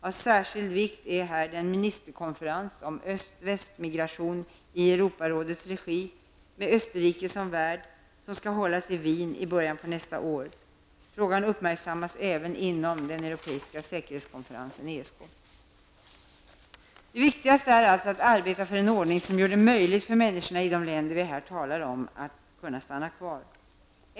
Av särskild vikt är här den ministerkonferens om öst-väst-migration i Europarådets regi som, med Österrike som värd, skall hållas i Wien i början på nästa år. Frågan uppmärksammas även inom den europeiska säkerhetskonferensen . Det viktigaste är alltså att arbeta för en ordning som gör det möjligt för människorna i de länder vi här talar om att kunna stanna kvar.